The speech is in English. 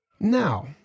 Now